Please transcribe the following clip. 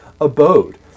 abode